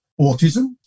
autism